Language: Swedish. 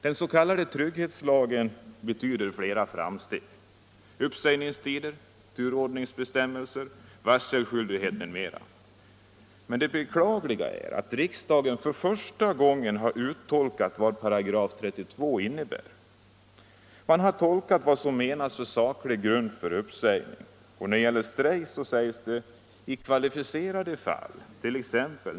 Den s.k. trygghetslagen betyder flera framsteg — uppsägningstider, turordningsbestämmelser, varselskyldighet m.m. Men det beklagliga är att riksdagen för första gången har uttolkat vad § 32 innebär. Man har tolkat vad som menas med saklig grund för uppsägning. När det gäller strejk sägs det: ”I kvalificerade fall —+t.ex.